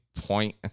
point